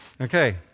Okay